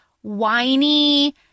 whiny